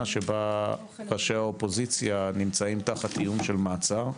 שבה האופוזיציה נמצאת תחת איום של מעצר.